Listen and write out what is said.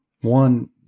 One